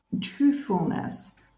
truthfulness